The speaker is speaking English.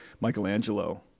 Michelangelo